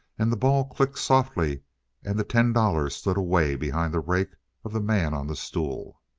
and the ball clicked softly and the ten dollars slid away behind the rake of the man on the stool.